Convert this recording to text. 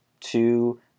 two